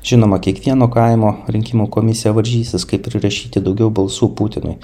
žinoma kiekvieno kaimo rinkimų komisija varžysis kaip prirašyti daugiau balsų putinui